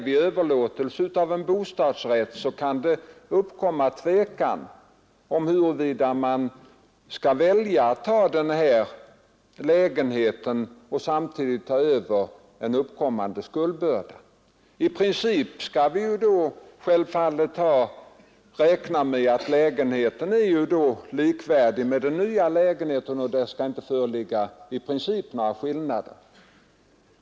Vid överlåtelse av en bostadsrätt kan det uppkomma tvekan om huruvida man skall välja att ta lägenheten och samtidigt ta över en omfattande skuldbörda. I princip skall vi självfallet räkna med att lägenheten är likvärdig med en ny lägenhet och att det inte skall föreligga några skillnader.